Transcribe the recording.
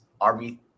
RB